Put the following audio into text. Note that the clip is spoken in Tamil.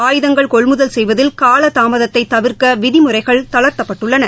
ஆயுதங்கள் கொள்முதல் செய்வதில் காலதாமதத்தை தவிர்க்க விதிமுறைகள் தளர்த்தப்பட்டுள்ளன